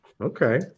okay